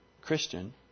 Christian